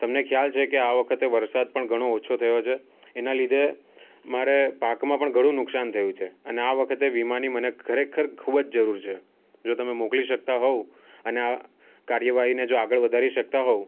તમને ખ્યાલ છે કે આ વખતે વરસાદ પણ ઘણો ઓછો થયો છે એના લીધે મારે પાકમાં પણ ઘણું નુકસાન થયું છે અને આ વખતે વીમાની મને ખરેખર ખૂબ જ જરૂર છે જો તમે મોકલી શકતા હો અને આ કાર્યવાહીને જો આગળ વધારી શકતા હો